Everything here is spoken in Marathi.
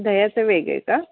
दह्याचे वेगळे का